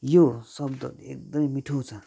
यो शब्द एकदमै मिठो छ